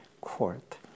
court